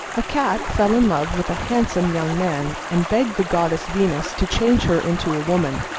a cat fell in love with a handsome young man, and begged the goddess venus to change her into a woman.